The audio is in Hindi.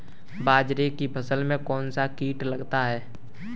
बाजरे की फसल में कौन सा कीट लगता है?